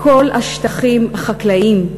כל השטחים החקלאיים,